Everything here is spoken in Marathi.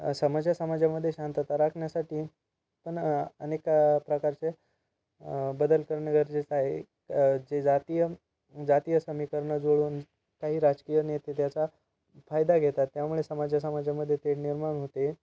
समाजा समाजामध्ये शांतता राखण्यासाठी पण अनेका प्रा प्रकारचे बदल करणं गरजेच आहे जे जातीय जातीय समीकरणं जोडून काही राजकीय नेते त्याचा फायदा घेतात त्यामुळे समाजा समाजामध्ये तेढ निर्माण होते